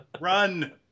Run